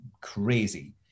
crazy